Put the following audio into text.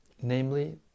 namely